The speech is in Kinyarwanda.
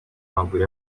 amaguru